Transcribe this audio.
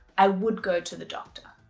i would go to the doctor.